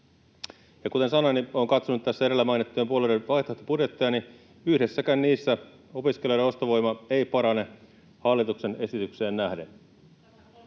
kuten sanoin, niin kun olen katsonut tässä edellä mainittujen puolueiden vaihtoehtobudjetteja, niin yhdessäkään niissä opiskelijan ostovoima ei parane hallituksen esitykseen nähden.